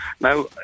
Now